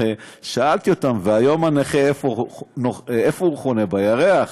הרי שאלתי אותם: והיום הנכה, איפה הוא חונה, בירח?